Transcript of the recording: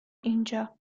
اینجا